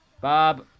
Bob